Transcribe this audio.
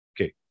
Okay